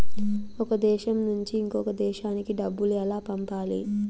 ఒక దేశం నుంచి ఇంకొక దేశానికి డబ్బులు ఎలా పంపాలి?